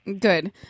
Good